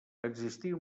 existia